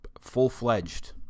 full-fledged